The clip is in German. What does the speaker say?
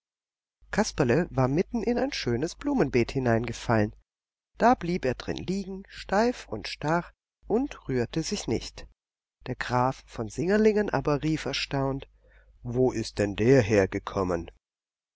kasperle war mitten in ein schönes blumenbeet hineingefallen da blieb er drin liegen steif und starr und rührte sich nicht der graf von singerlingen aber rief erstaunt wo ist denn der hergekommen